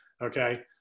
okay